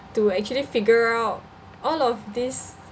to actually figure out all of this